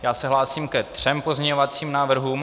Já se hlásím ke třem pozměňovacím návrhům.